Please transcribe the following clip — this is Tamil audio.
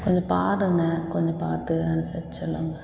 கொஞ்சம் பாருங்கள் கொஞ்சம் பார்த்து அனுசரிச்சிரலாம்ங்க